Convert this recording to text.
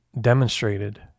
demonstrated